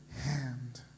hand